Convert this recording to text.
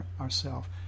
ourself